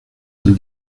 del